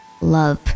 love